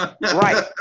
Right